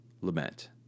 lament